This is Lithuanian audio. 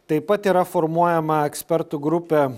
taip pat yra formuojama ekspertų grupė